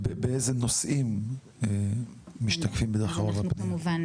ובאילו נושאים מדובר ברוב הפניות.